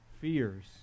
fears